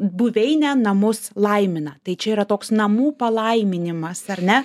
buveinę namus laimina tai čia yra toks namų palaiminimas ar ne